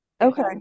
Okay